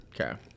Okay